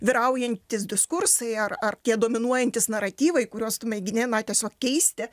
vyraujantys diskursai ar ar tie dominuojantys naratyvai kuriuos tu mėgini na tiesiog keisti